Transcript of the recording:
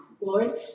Lord